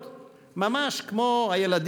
לעולם.